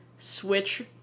switch